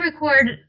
record